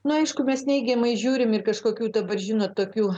na aišku mes neigiamai žiūrim ir kažkokių dabar žinot tokių